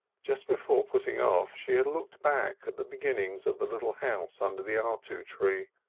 just before putting off she had looked back at the beginnings of the little house under the artu tree,